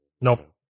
Nope